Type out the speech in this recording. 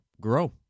grow